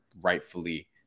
rightfully